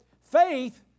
faith